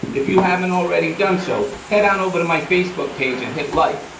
if you haven't already done so, head on over to my facebook page and hit like,